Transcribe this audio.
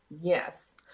yes